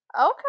Okay